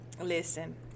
listen